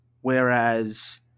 whereas